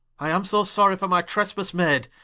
i am so sorry for my trespas made,